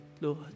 Lord